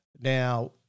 Now